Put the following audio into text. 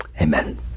Amen